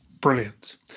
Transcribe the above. Brilliant